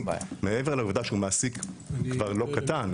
מעבר לעובדה שהוא מעסיק כבר לא קטן,